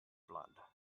blood